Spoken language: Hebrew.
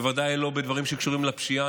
בוודאי לא בדברים שקשורים לפשיעה.